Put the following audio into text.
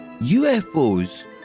UFOs